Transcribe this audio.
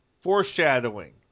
foreshadowing